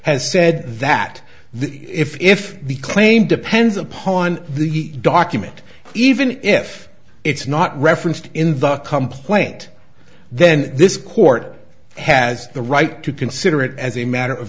has said that the if the claim depends upon the document even if it's not referenced in the complaint then this court has the right to consider it as a matter of